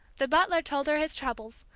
the butler told her his troubles,